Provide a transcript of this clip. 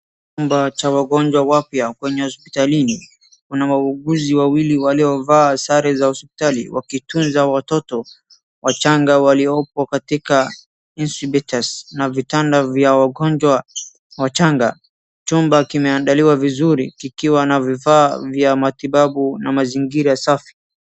Chumba cha wagonjwa wapya kwenye hospitalini ,kuna wauguzi wawili waliovaa sare za hospitali wakitunza watoto wachanga waliopo katika incubators na vitanda vya wagonjwa wachanga, chumba kimeandaliwa vizuri kikiwa na vifaa vya matibabu na mazingira safi.